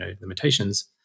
limitations